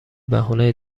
بهونه